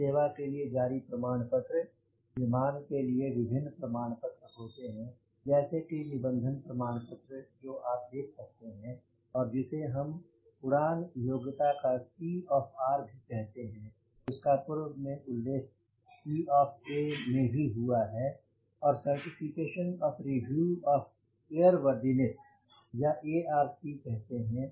इस सेवा के लिए जारी प्रमाण पत्र विमान के लिए विभिन्न प्रमाण पत्र होते हैं जैसे कि निबंधन प्रमाण पत्र जो आप देख सकते हैं और जिसे हम उड़ान योग्यता का C ऑफ़ R भी कहते हैं जिसका पूर्व में उल्लेख C of A मैं भी हुआ है और certification of review of airworthiness या ARC कहते हैं